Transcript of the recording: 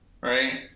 right